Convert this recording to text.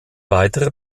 weitere